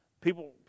people